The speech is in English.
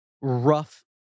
rough